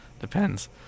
Depends